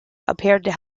appeared